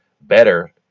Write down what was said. better